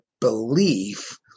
belief